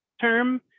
term